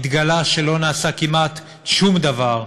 התגלה שלא נעשה כמעט שום דבר.